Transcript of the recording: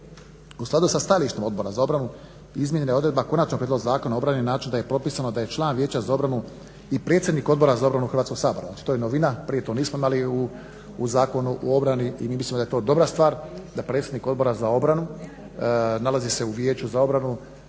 U skladu sa stajalištima Odbora za obranu izmijenjena je odredba Konačnog prijedloga zakona o obrani na način da je propisano da je član Vijeća za obranu i predsjednik Odbora za obranu Hrvatskog sabora. To je novina, prije to nismo imali u Zakonu o obrani i mi mislimo da je to dobra stvar da predsjednik Odbora za obranu nalazi se u Vijeću za obranu